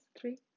three